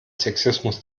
sexismus